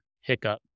hiccup